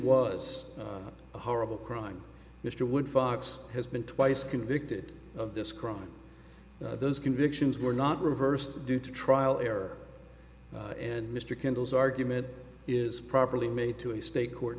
was a horrible crime mr woodfox has been twice convicted of this crime those convictions were not reversed due to trial error and mr kendall's argument is properly made to a state court